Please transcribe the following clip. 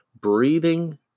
breathing